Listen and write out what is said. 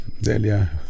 Delia